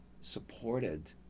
supported